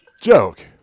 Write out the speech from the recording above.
joke